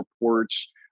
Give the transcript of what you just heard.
reports